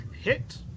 hit